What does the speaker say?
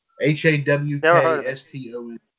H-A-W-K-S-T-O-N